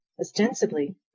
Ostensibly